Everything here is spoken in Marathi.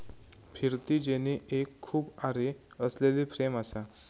फिरती जेनी एक खूप आरे असलेली फ्रेम असा